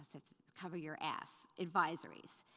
it's cover your ass advisories.